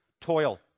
toil